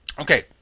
Okay